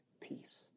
peace